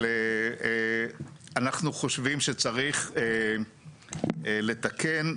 אנחנו חושבים שצריך לתקן,